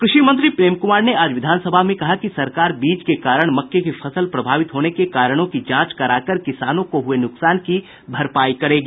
कृषि मंत्री प्रेम कुमार ने आज विधानसभा में कहा कि सरकार बीज के कारण मक्के की फसल प्रभावित होने के कारणों की जांच कराकर किसानों को हुए नुकसान की भरपाई करेगी